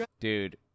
Dude